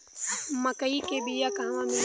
मक्कई के बिया क़हवा मिली?